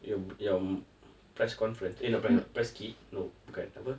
your your press conference eh no pre~ press kit no bukan apa